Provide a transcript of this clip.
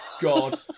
God